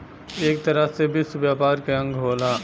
एक तरह से विश्व व्यापार के अंग होला